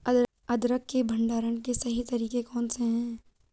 अदरक के भंडारण के सही तरीके कौन से हैं?